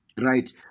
Right